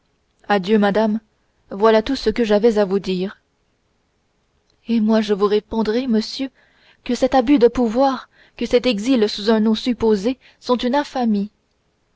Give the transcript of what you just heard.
adieu madame voilà tout ce que j'avais à vous dire et moi je vous répondrai monsieur que cet abus de pouvoir que cet exil sous un nom supposé sont une infamie